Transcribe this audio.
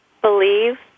believe